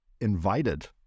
invited